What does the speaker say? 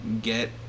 get